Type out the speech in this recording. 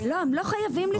לא, הם לא חייבים לפתוח.